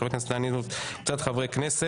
של חבר הכנסת דן אילוז וקבוצת חברי כנסת.